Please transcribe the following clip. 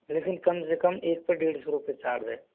लेकिन कम से कम एक पे डेढ़ सौ रुपए चार्ज है